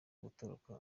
gutoroka